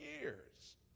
years